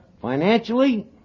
Financially